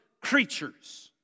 creatures